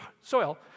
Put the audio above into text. soil